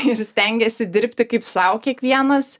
ir stengiasi dirbti kaip sau kiekvienas